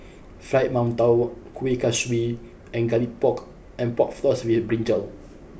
Fried Mantou Kueh Kaswi and Garlic Pork and Pork Floss with Brinjal